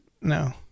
No